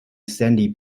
sandy